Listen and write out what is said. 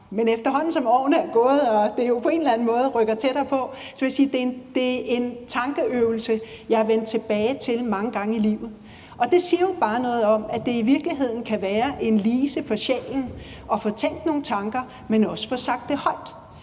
en eller anden måde rykker tættere på, vil jeg sige, at det er en tankeøvelse, jeg er vendt tilbage til mange gange i livet. Det siger jo bare noget om, at det i virkeligheden kan være en lise for sjælen at få tænkt nogle tanker, men også få sagt det højt.